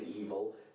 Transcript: evil